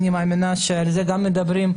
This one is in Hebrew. אני מאמינה שעל זה גם מדברים,